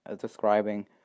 describing